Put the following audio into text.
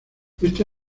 esta